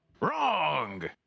Wrong